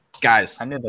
Guys